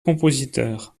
compositeur